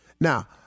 Now